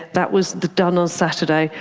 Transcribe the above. that was done on saturday,